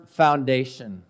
foundation